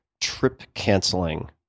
trip-canceling